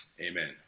Amen